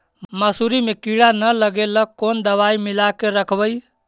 मसुरी मे किड़ा न लगे ल कोन दवाई मिला के रखबई?